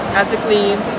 ethically